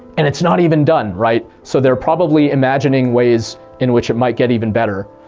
and it's not even done, right? so they're probably imagining ways in which it might get even better.